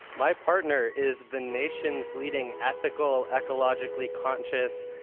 my partner is the nation's leading ethical, ecologically conscious,